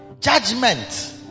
judgment